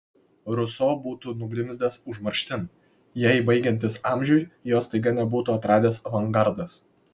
ruso būtų nugrimzdęs užmarštin jei baigiantis amžiui jo staiga nebūtų atradęs avangardas